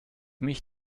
mich